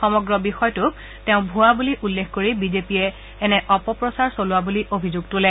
সমগ্ৰ বিষয়টোক তেওঁ ভুৱা বুলি উল্লেখ কৰি বিজেপিয়ে এনে অপপ্ৰচাৰ চলোৱা বুলি অভিযোগ তোলে